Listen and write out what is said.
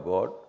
God